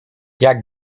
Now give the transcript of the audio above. jak